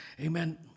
amen